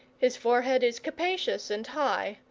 his forehead is capacious and high,